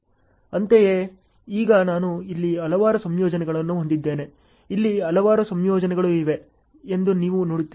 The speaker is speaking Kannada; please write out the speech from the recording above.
ಅಂತೆಯೇ ಈಗ ನಾನು ಇಲ್ಲಿ ಹಲವಾರು ಸಂಯೋಜನೆಗಳನ್ನು ಹೊಂದಿದ್ದೇನೆ ಇಲ್ಲಿ ಹಲವಾರು ಸಂಯೋಜನೆಗಳು ಇವೆ ಎಂದು ನೀವು ನೋಡುತ್ತೀರಿ